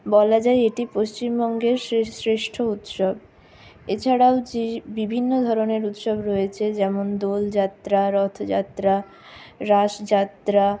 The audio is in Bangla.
বলা যায় এটি পশ্চিমবঙ্গের শ্রে শ্রেষ্ঠ উৎসব এছাড়াও যে বিভিন্ন ধরনের উৎসব রয়েছে যেমন দোলযাত্রা রথযাত্রা রাসযাত্রা